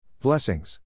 Blessings